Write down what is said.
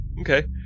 Okay